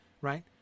right